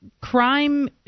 crime